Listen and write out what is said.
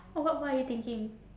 oh what what are you thinking